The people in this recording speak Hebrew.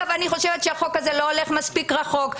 אני חושבת שהחוק הזה לא הולך מספיק רחוק.